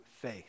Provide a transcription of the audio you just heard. faith